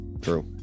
true